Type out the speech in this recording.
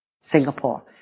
Singapore